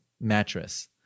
mattress